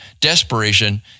desperation